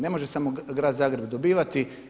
Ne može samo grad Zagreb dobivati.